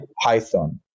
python